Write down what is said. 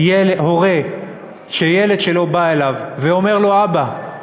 הורה שילד שלו בא אליו ואומר לו: אבא,